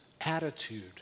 attitude